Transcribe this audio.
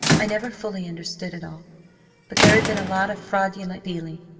i never fully understood it all, but there had been a lot of fraudulent dealing,